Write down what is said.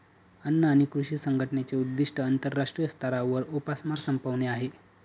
अन्न आणि कृषी संघटनेचे उद्दिष्ट आंतरराष्ट्रीय स्तरावर उपासमार संपवणे आहे